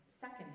second